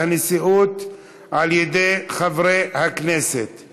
8236, 8241, 8243, 8244 ו-8247.